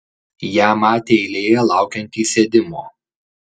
ją matė eilėje laukiant įsėdimo